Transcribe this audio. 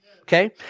Okay